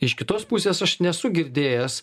iš kitos pusės aš nesu girdėjęs